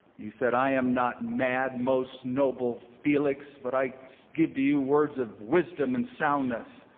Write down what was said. he said, i am not mad, most noble felix, but i give to you words of wisdom and soundness.